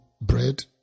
bread